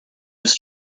just